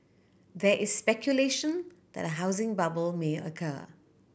there is speculation that a housing bubble may occur